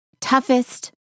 toughest